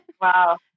Wow